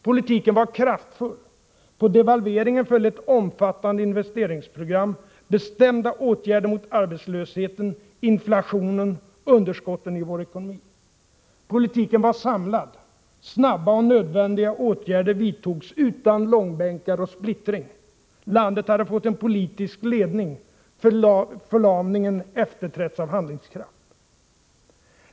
Politiken var kraftfull: På devalveringen följde ett omfattande investeringsprogram, bestämda åtgärder mot arbetslösheten, inflationen och underskotten i vår ekonomi. Politiken var samlad: Snara och nödvändiga åtgärder vidtogs utan långbänkar och splittring. Landet hade fått en politisk ledning, förlamningen efterträtts av handlingskraft.